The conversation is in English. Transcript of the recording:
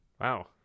Wow